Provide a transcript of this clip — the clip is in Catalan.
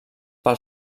pel